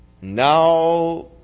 Now